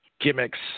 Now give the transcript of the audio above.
gimmicks